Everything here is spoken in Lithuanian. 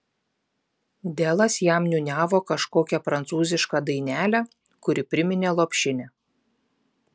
delas jam niūniavo kažkokią prancūzišką dainelę kuri priminė lopšinę